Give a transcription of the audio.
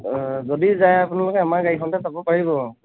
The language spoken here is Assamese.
যদি যায় আপোনালোকে আমাৰ গাড়ীখনতে যাব পাৰিব আৰু